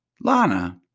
Lana